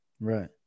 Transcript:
Right